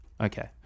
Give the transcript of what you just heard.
Okay